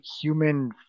Human